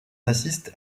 assiste